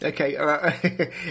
Okay